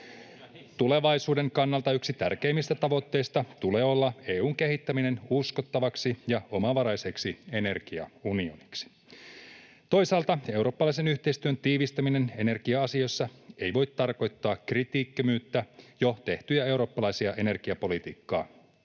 Tulevaisuuden kannalta yksi tärkeimmistä tavoitteista tulee olla EU:n kehittäminen uskottavaksi ja omavaraiseksi energiaunioniksi. Toisaalta eurooppalaisen yhteistyön tiivistäminen energia-asioissa ei voi tarkoittaa kritiikittömyyttä jo tehtyjä eurooppalaisia energiapoliittisia